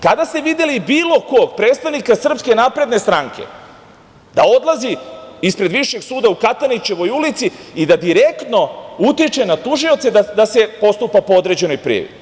Kada ste videli bilo kog predstavnika Srpske napredne stranke da odlazi ispred Višeg suda u Katanićevoj ulici i da direktno utiče na tužioce i da se postupa po određenoj prijavi?